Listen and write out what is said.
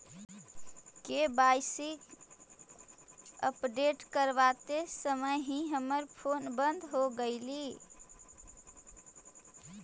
KYC update करवाते समय ही हमर फोन बंद हो गेलई